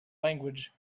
language